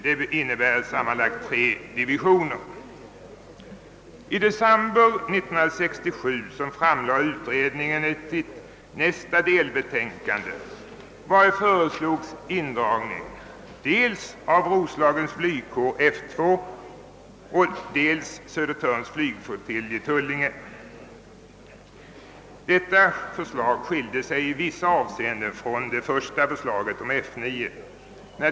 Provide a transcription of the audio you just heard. I december 1967 framlade utredningen sitt nästa delbetänkande vari föreslogs indragning av dels Roslagens flygkår, F 2, dels Södertörns flygflottilj i Tullinge, F 18; det innebär sammanlagt tre divisioner. Detta förslag skilde sig i vissa avseenden från förslaget om F 9.